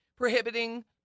Prohibiting